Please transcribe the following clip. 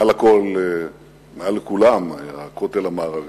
מעל לכולם היה הכותל המערבי.